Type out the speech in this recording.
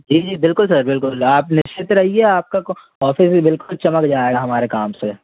जी जी बिल्कुल सर बिल्कुल आप निश्चिंत रहिए आपका ऑफ़िस भी बिल्कुल चमक जाएगा हमारे काम से